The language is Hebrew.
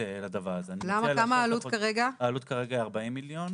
בפסקה (1) להגדרה "תקופת הזכאות" שבסעיף תקופת26יז(א)